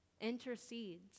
intercedes